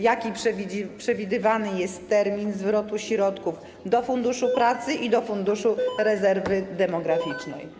Jaki przewidywany jest termin zwrotu środków do Funduszu Pracy i do Funduszu Rezerwy Demograficznej?